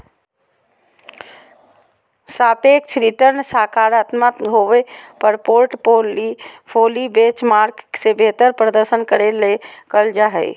सापेक्ष रिटर्नसकारात्मक होबो पर पोर्टफोली बेंचमार्क से बेहतर प्रदर्शन करे ले करल जा हइ